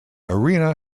arena